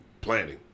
planning